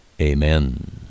Amen